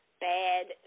bad